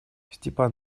степан